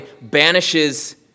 banishes